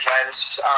events